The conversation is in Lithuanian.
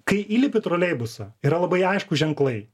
kai įlipi į troleibusą yra labai aiškūs ženklai